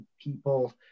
people